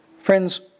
Friends